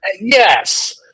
Yes